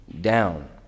down